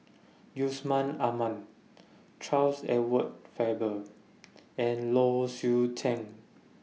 Yusman Aman Charles Edward Faber and Low Swee Chen